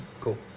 Cool